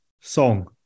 song